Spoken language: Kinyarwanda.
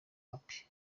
wapi